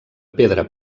pedra